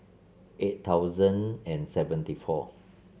eight thousand and seventy four